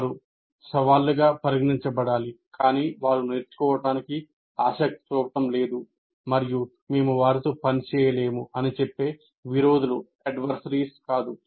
వారు సవాళ్లుగా పరిగణించబడాలి కాని వారు నేర్చుకోవటానికి ఆసక్తి చూపడం లేదు మరియు మేము వారితో పనిచేయలేము అని చెప్పే విరోధులు కాదు